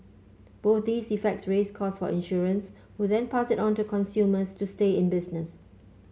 both these effects raise costs for insurers who then pass it on to consumers to stay in business